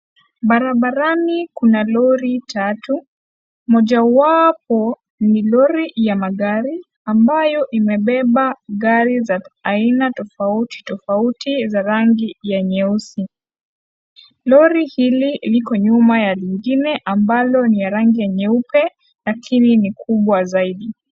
Barabarani kuna lori tatu, mojawapo ni lori ya magari ambayo imebeba gari za aina tofautitofauti za rangi ya nyeusi, lori hili liko nyuma ya lingine ambalo ni ya rangi ya nyeupe, lakini ni kubwa zaidi.